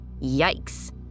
Yikes